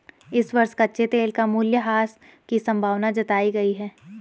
इस वर्ष कच्चे तेल का मूल्यह्रास की संभावना जताई गयी है